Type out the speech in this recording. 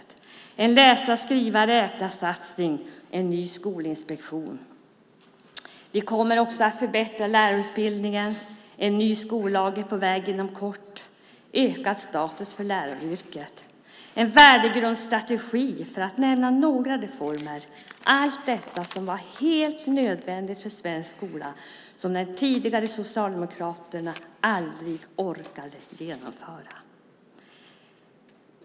Det görs en läsa-skriva-räkna-satsning, och det kommer en ny skolinspektion. Vi kommer också att förbättra lärarutbildningen. En ny skollag är på väg inom kort. Det blir ökad status för läraryrket, och det kommer en värdegrundsstrategi, för att nämna några reformer. Allt detta var helt nödvändigt för svensk skola och sådant som den tidigare socialdemokratiska regeringen aldrig orkade genomföra.